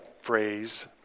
phrase